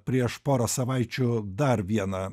prieš porą savaičių dar vieną